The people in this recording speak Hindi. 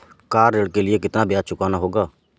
कार ऋण के लिए कितना ब्याज चुकाना होगा?